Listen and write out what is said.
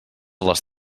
les